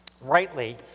rightly